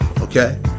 okay